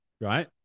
Right